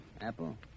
apple